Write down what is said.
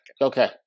Okay